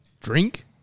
Drink